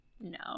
No